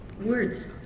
Words